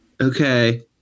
Okay